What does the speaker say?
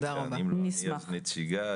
נציגיי,